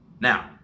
Now